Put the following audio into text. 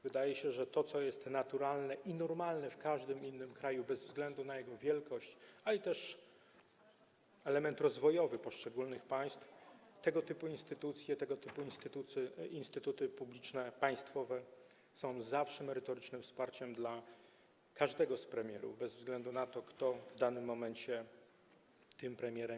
Wydaje się, że to jest naturalne i normalne w każdym innym kraju, bez względu na jego wielkość - jest to też element rozwojowy poszczególnych państw - tego typu instytucje, instytuty publiczne, państwowe są zawsze merytorycznym wsparciem dla każdego z premierów, bez względu na to, kto w danym momencie jest tym premierem.